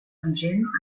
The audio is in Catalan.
vigent